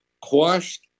quashed